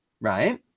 Right